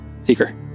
Seeker